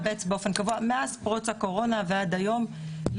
מאז פרוץ הקורונה ועד היום,